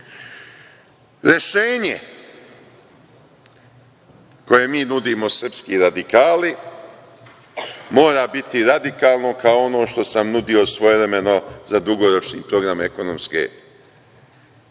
koje mi nudimo srpski radikali, mora biti radikalno kao ono što sam nudio svojevremeno za dugoročni program ekonomske